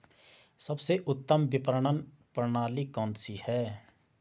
सबसे उत्तम विपणन प्रणाली कौन सी है?